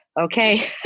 okay